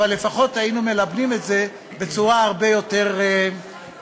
אבל לפחות היינו מלבנים את זה בצורה הרבה יותר נכונה.